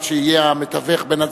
שיהיה המתווך בין הצדדים,